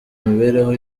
imibereho